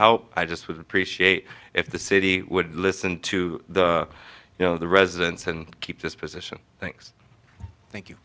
help i just would appreciate if the city would listen to you know the residents and keep this position thanks thank you